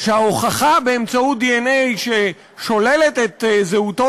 שההוכחה באמצעות דנ"א ששוללת את זהותו